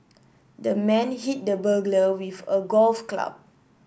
the man hit the burglar with a golf club